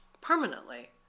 permanently